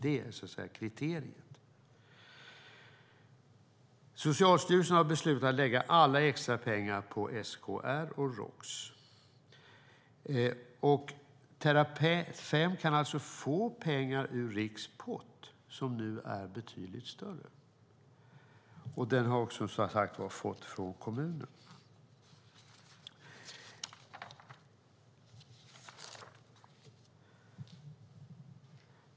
Det är kriteriet. Socialstyrelsen har beslutat att lägga alla extrapengar på SKR och Roks. Terrafem kan alltså få pengar ur Roks pott, som nu är betydligt större. Roks har som sagt också fått från kommunen.